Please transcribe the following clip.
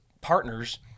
partners